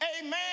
Amen